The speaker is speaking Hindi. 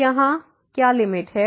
तो यहाँ क्या लिमिट है